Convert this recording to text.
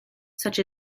such